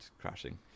crashing